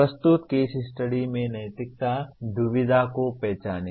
प्रस्तुत case study में नैतिक दुविधा को पहचानें